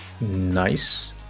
nice